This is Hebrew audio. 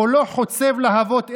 קולו חוצב להבות אש,